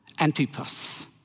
Antipas